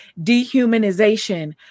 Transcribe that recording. dehumanization